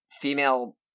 female